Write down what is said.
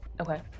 Okay